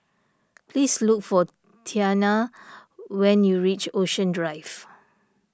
please look for Tianna when you reach Ocean Drive